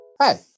Hi